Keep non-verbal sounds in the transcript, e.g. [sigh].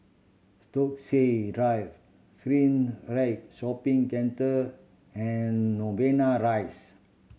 Stokesay Drive [unintelligible] Shopping Centre and Novena Rise